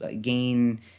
gain